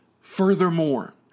Furthermore